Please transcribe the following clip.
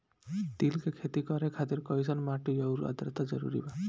तिल के खेती करे खातिर कइसन माटी आउर आद्रता जरूरी बा?